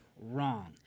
wrong